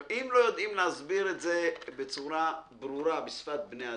אם לא יודעים להסביר את זה בצורה ברורה ובשפת בני אדם,